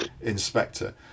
Inspector